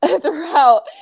throughout